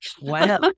Wow